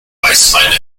weißweine